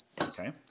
Okay